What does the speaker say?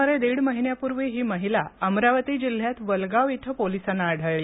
सुमारे दीड महिन्यापूर्वी ही महिला अमरावती जिल्ह्यात वलगाव इथं पोलिसांना आढळली